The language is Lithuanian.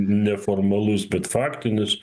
neformalus bet faktinis